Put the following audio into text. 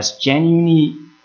genuinely